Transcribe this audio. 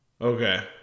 Okay